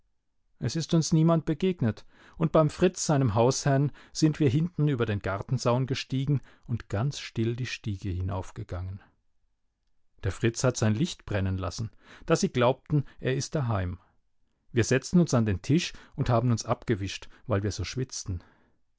es ist uns niemand begegnet und beim fritz seinem hausherrn sind wir hinten über den gartenzaun gestiegen und ganz still die stiege hinaufgegangen der fritz hat sein licht brennen lassen daß sie glaubten er ist daheim wir setzten uns an den tisch und haben uns abgewischt weil wir so schwitzten